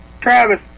Travis